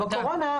בקורונה,